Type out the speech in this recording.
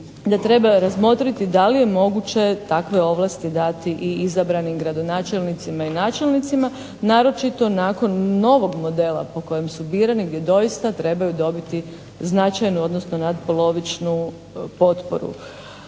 da treba razmotriti da li je moguće takve ovlasti dati i izabranim gradonačelnicima i načelnicima naročito nakon novog modela po kojem su birani gdje doista trebaju dobiti značajnu, odnosno natpolovičnu potporu.